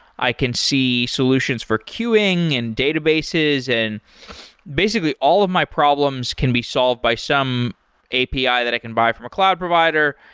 i can see solutions for queuing and databases and basically, all of my problems can be solved by some api that i can buy from a cloud provider.